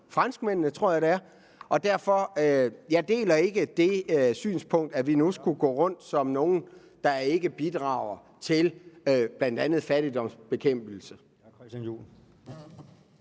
franskmændene, tror jeg det er, og derfor deler jeg ikke det synspunkt, at vi nu skulle gå rundt som nogle, der ikke bidrager til bl.a. fattigdomsbekæmpelse.